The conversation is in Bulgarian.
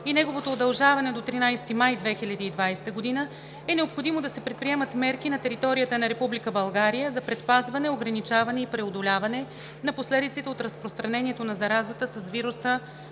и неговото удължаване до 13 май 2020 г., е необходимо да се предприемат мерки на територията на Република България за предпазване, ограничаване и преодоляване на последиците от разпространението на заразата с вируса